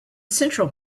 central